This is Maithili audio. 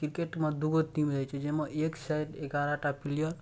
किरकेटमे दुइगो टीम रहै छै जाहिमे एक साइड एगारहटा प्लेअर